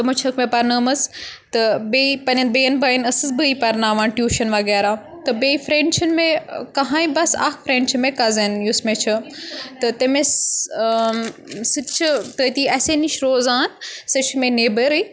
تٕمو چھکھ مےٚ پرنٲمٕژ تہٕ بیٚیہِ پَننیٚن بیٚیَن بایَن ٲسٕس بٕے پَرناوان ٹیوٗشَن وَغیرہ تہٕ بیٚیہِ فرٛینٛڈ چھنہٕ مےٚ کَہٕنۍ بَس اَکھ فرٛینٛڈ چھِ مےٚ کَزٕن یُس مےٚ چھُ تہٕ تٔمِس سُہ تہِ چھ تٔتی اَسے نِش روزان سُہ چھِ مےٚ نیٚبرٕے